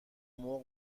مرغ